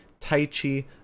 Taichi